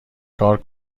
کار